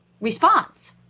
response